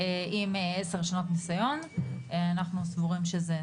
אנחנו נקריא את זה.